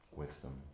wisdom